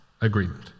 agreement